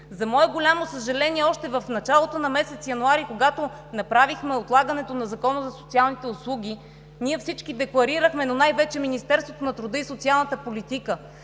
За мое голямо съжаление, още в началото на месец януари, когато направихме отлагането на Закона за социалните услуги, ние всички декларирахме, но най-вече Министерството на труда и социалната политика,